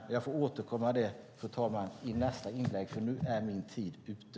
Jag får återkomma till dem i nästa inlägg, fru talman, för nu är min tid ute.